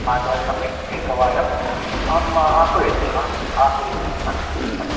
आगमनसमये एकवारं माम् आह्वयतु हा आह्वयित्वा आगच्छतु अस्तु